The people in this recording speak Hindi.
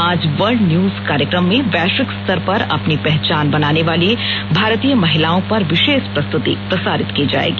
आज व्लर्ड न्यूज कार्यक्रम में वैश्विक स्तर पर अपनी पहचान बनाने वाली भारतीय महिलाओं पर विशेष प्रस्तुति प्रसारित की जाएगी